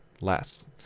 less